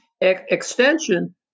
extension